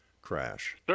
Crash